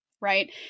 right